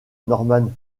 norman